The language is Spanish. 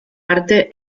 arte